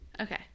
Okay